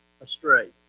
astray